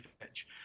edge